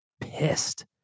pissed